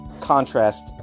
contrast